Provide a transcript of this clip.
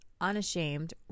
unashamed